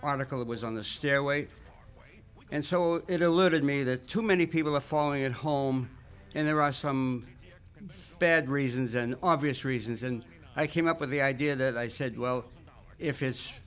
particle that was on the stairway and so it eluded me that too many people were following at home and there are some bad reasons and obvious reasons and i came up with the idea that i said well if it's